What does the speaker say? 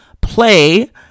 play